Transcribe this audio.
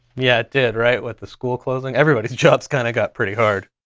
yeah, it did right with the school closing? everybody's jobs kind of got pretty hard.